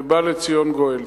ובא לציון גואל.